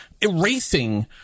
erasing